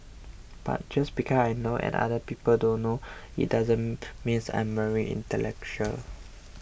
but just I know and other people don't know it doesn't mean I'm very intellectual